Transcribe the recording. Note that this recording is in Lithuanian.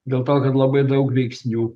dėl to kad labai daug veiksnių